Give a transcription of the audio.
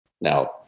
Now